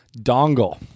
Dongle